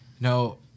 No